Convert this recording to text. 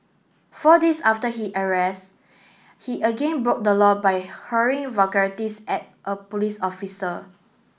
four days after he arrest he again broke the law by hurling vulgarities at a police officer